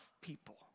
people